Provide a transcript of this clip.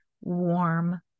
warm